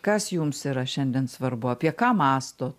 kas jums yra šiandien svarbu apie ką mąsto